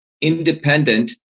independent